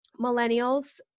millennials